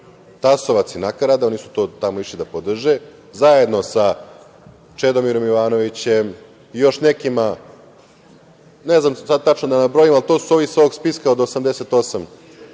Tasovac i nakarada, oni su to tamo išli da podrže, zajedno sa Čedomirom Jovanovićem i još nekima, ne znam sada tačno da nabrojim, a to su ovi sa ovog spiska od 88